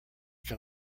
can